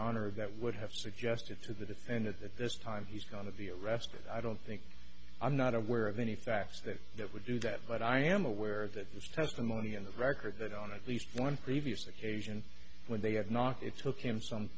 honor that would have suggested to the defendant that this time he's going to be arrested i don't think i'm not aware of any facts that would do that but i am aware that this testimony in the records that on at least one previous occasion when they had not it took him some